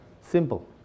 simple